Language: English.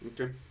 Okay